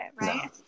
right